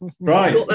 Right